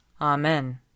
Amen